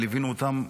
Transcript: וליווינו אותם,